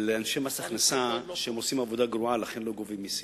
לאנשי מס הכנסה שהם עושים עבודה גרועה ולכן לא גובים מסים.